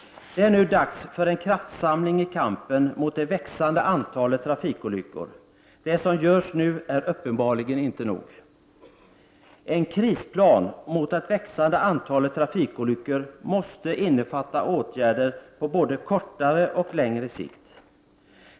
Det är nu dags för en kraftsamling i kampen mot det växande antalet trafikolyckor. Det som görs nu är uppenbarligen inte nog. En krisplan mot det växande antalet trafikolyckor måste innefatta åtgärder på både kortare och längre sikt.